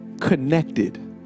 connected